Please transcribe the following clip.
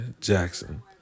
Jackson